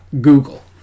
Google